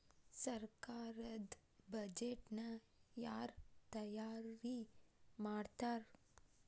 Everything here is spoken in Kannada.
ಸರ್ಕಾರದ್ ಬಡ್ಜೆಟ್ ನ ಯಾರ್ ತಯಾರಿ ಮಾಡ್ತಾರ್?